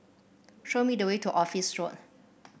show me the way to Office Road